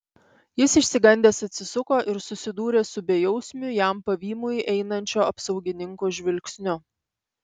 jis išsigandęs atsisuko ir susidūrė su bejausmiu jam pavymui einančio apsaugininko žvilgsniu